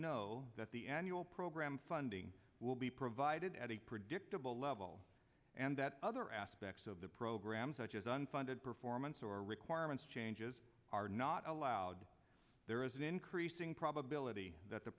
know that the annual program funding will be provided at a predictable level and that other aspects of the program such as unfunded performance or requirements changes are not allowed there is an increasing probability that the